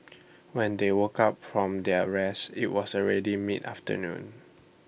when they woke up from their rest IT was already mid afternoon